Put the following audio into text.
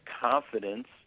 confidence